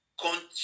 continue